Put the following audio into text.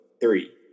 three